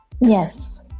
Yes